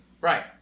Right